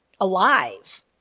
alive